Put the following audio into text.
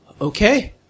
Okay